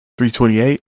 328